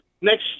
Next